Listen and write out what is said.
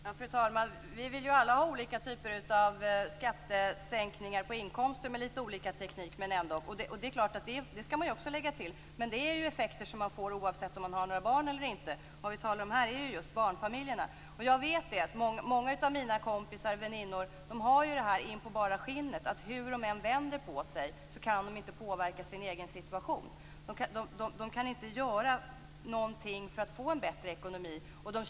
Fru talman! Vi vill ju alla ha olika typer av skattesänkningar på inkomster - med lite olika teknik, men ändå. Det är klart att det skall läggas till men det är ju effekter som blir oavsett om man har barn eller inte. Vad vi talar om här är ju just barnfamiljerna. Många av mina kompisar och väninnor upplever det här in på bara skinnet. Hur de än vänder och vrider kan de inte påverka sin egen situation. De kan inte göra någonting för att få en bättre ekonomi.